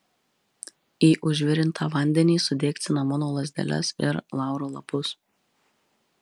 į užvirintą vandenį sudėk cinamono lazdeles ir lauro lapus